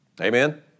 Amen